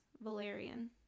Valerian